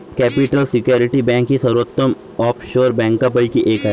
capital security bank ही सर्वोत्तम offshore बँकांपैकी एक आहे